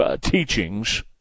teachings